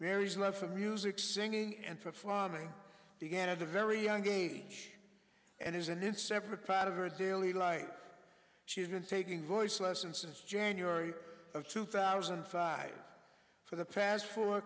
mary's love for music singing and performing began at a very young age and isn't in separate pat of her daily life she's been taking voice lessons since january of two thousand and five for the past four